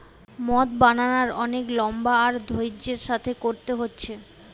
মদ বানানার অনেক লম্বা আর ধৈর্য্যের সাথে কোরতে হচ্ছে